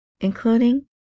including